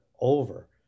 over